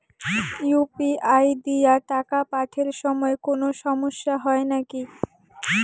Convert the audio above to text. UPI দিয়া টাকা পাঠের সময় কোনো সমস্যা হয় নাকি?